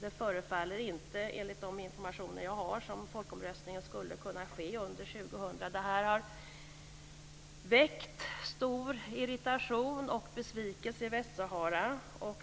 Det förefaller inte enligt de informationer jag har som att folkomröstningen skulle kunna ske under 2000. Det här har väckt stor irritation och besvikelse i Västsahara.